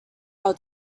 our